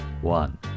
One